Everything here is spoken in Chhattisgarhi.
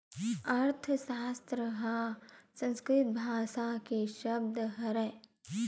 अर्थसास्त्र ह संस्कृत भासा के सब्द हरय